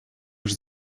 już